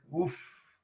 Oof